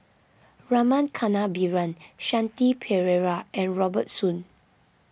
Rama Kannabiran Shanti Pereira and Robert Soon